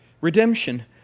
Redemption